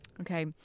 Okay